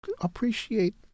appreciate